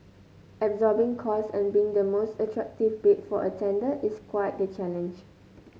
absorbing costs and being the most attractive bid for a tender is quite the challenge